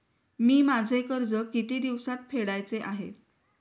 मी माझे कर्ज किती दिवसांत फेडायचे आहे?